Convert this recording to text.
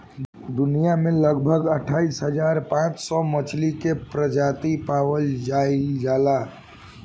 दुनिया में लगभग अठाईस हज़ार पांच सौ मछली के प्रजाति पावल जाइल जाला